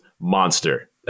Monster